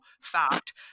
fact